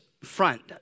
front